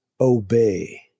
obey